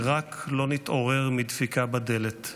שרק לא נתעורר מדפיקה בדלת,